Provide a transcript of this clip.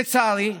לצערי,